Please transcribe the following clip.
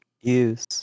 use